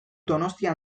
donostia